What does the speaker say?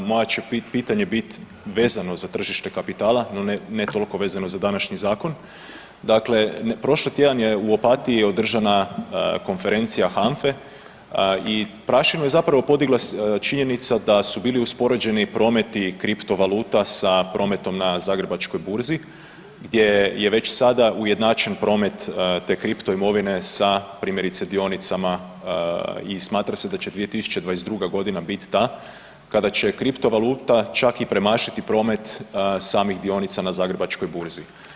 Moje će pitanje bit vezano za tržište kapitala no ne toliko vezano za današnji zakon, dakle prošli tjedan je u Opatiji održana konferencija HANFA-e i prašinu je zapravo podigla činjenica da su bili uspoređeni prometi kriptovaluta sa prometom na Zagrebačkoj burzi gdje je već sada ujednačen promet te kriptoimovine sa primjerice dionicama i smatra se da će 2022.g. bit ta kada će kriptovaluta čak i premašiti promet samih dionica na Zagrebačkoj burzi.